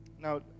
Now